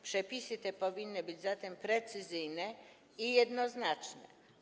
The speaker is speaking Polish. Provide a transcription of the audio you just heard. Przepisy te powinny być zatem precyzyjne i jednoznaczne.